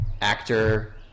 actor